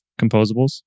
composables